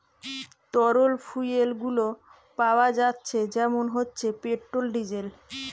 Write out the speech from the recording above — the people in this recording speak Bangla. তরল ফুয়েল গুলো পাওয়া যাচ্ছে যেমন হচ্ছে পেট্রোল, ডিজেল